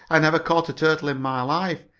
i never caught a turtle in my life!